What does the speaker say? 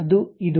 ಅದು ಇದು